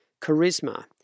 charisma